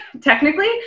technically